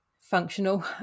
functional